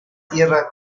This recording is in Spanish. tierra